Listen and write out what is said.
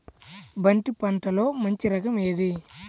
బంతి పంటలో మంచి రకం ఏది?